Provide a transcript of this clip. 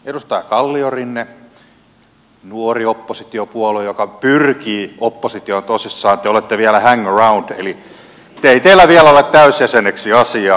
edustaja kalliorinne nuorena oppositiopuolueena joka pyrkii oppositioon tosissaan te olette vielä hang around eli ei teillä vielä ole täysjäseneksi asiaa